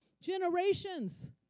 Generations